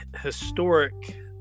historic